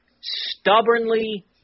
stubbornly